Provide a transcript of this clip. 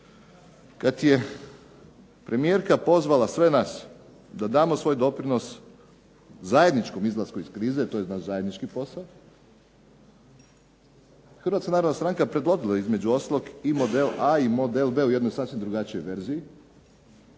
kad je premijerka pozvala sve nas da damo svoj doprinos zajedničkom izlasku iz krize, to je naš zajednički posao, Hrvatska narodna stranka predložila je između ostalog i model A i model B u jednoj sasvim drugačijoj verziji.